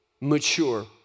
mature